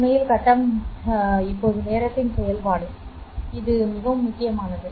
உண்மையில் கட்டம் உண்மையில் இப்போது நேரத்தின் செயல்பாடு இது மிகவும் முக்கியமானது